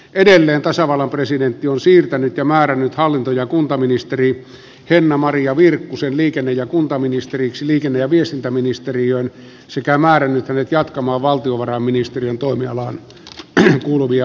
edelleen tasavallan presidentti on siirtänyt ja määrännyt hallinto ja kuntaministeri henna maria virkkusen liikenne ja kuntaministeriksi liikenne ja viestintäministeriöön sekä määrännyt hänet jatkamaan valtiovarainministeriön toimialaan kuuluvien asioiden käsittelyä